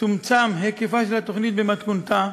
צומצם היקף התוכנית במתכונתה,